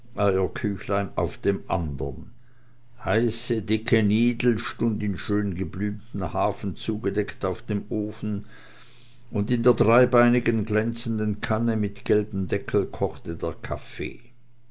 eierküchlein auf dem andern heiße dicke nidel stund in schön geblümten hafen zugedeckt auf dem ofen und in der dreibeinigen glänzenden kanne mit gelbem deckel kochte der kaffee